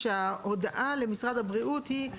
שכל ההוראות שחלות על הרופא הזמני --- נכון,